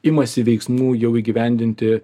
imasi veiksmų jau įgyvendinti